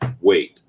wait